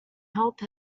help